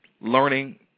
learning